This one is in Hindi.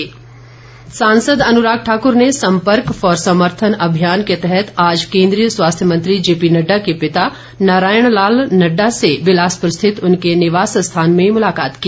अन्राग सांसद अनुराग ठाकुर ने संपर्क फॉर समर्थन अभियान के तहत आज केन्द्रीय स्वास्थ्य मंत्री जेपीनड्डा के पिता नारायण लाल नड्डा से बिलासपुर स्थित उनके निवास स्थान में मुलाकात की